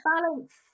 balance